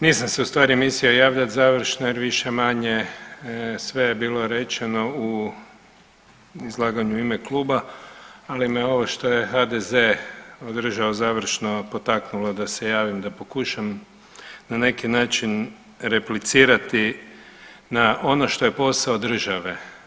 Nisam se u stvari mislio javljat završno, jer više-manje sve je bilo rečeno u izlaganju u ime Kluba, ali me ovo što je HDZ održalo završno, potaknulo da se javim da pokušam na neki način replicirati na ono što je posao države.